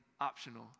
optional